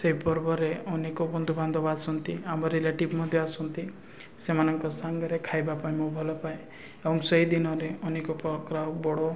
ସେହି ପର୍ବରେ ଅନେକ ବନ୍ଧୁବାନ୍ଧବ ଆସନ୍ତି ଆମ ରିଲେଟିଭ୍ ମଧ୍ୟ ଆସନ୍ତି ସେମାନଙ୍କ ସାଙ୍ଗରେ ଖାଇବା ପାଇଁ ମୁଁ ଭଲ ପାାଏ ଏବଂ ସେହିଦିନରେ ଅନେକ ପ୍ରକାର ବଡ଼